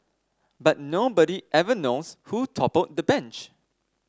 but nobody ever knows who toppled the bench